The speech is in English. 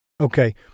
Okay